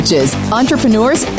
entrepreneurs